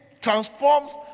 transforms